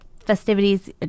Festivities